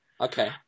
Okay